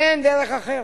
אין דרך אחרת.